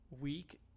week